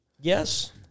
Yes